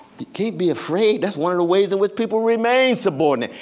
you can't be afraid. that's one of the ways in which people remain subordinate.